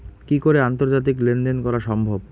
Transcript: কি করে আন্তর্জাতিক লেনদেন করা সম্ভব?